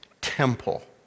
temple